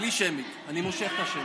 בלי שמית, אני מושך את השמית.